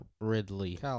Ridley